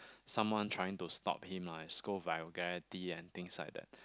someone trying to stop him lah and scold vulgarity and things like that